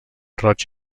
roig